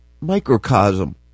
microcosm